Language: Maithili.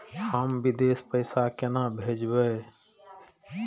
हम विदेश पैसा केना भेजबे?